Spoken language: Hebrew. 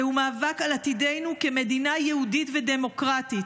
זהו מאבק על עתידנו כמדינה יהודית ודמוקרטית.